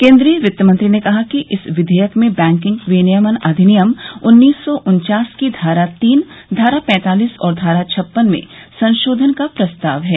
केन्द्रीय वित्त मंत्री ने कहा कि इस विधेयक में बैंकिंग विनियमन अधिनियम उन्नीस सौ उन्वास की धारा तीन धारा पैंतालिस और धारा छप्पन में संशोधन का प्रस्ताव है